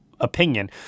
opinion